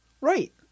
Right